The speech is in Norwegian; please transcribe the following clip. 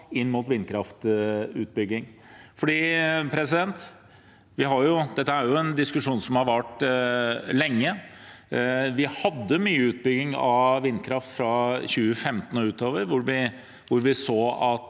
inn mot vindkraftutbygging. Dette er jo en diskusjon som har vart lenge. Vi hadde mye utbygging av vindkraft fra 2015 og utover, da vi så at